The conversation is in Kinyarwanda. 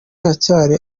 haracyari